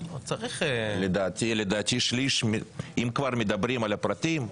אם כבר מדברים על הפרטים,